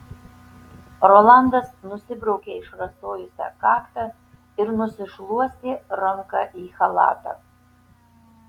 rolandas nusibraukė išrasojusią kaktą ir nusišluostė ranką į chalatą